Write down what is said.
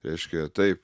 reiškia taip